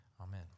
Amen